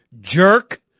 jerk